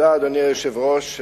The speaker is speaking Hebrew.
אדוני היושב-ראש,